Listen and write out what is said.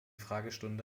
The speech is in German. fragestunde